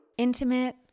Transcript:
Intimate